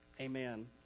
Amen